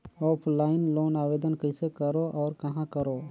Offline loan आवेदन कइसे करो और कहाँ करो?